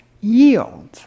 yield